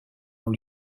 ont